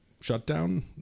shutdown